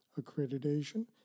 accreditation